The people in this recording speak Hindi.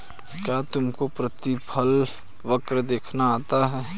क्या तुमको प्रतिफल वक्र देखना आता है?